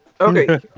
Okay